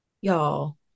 y'all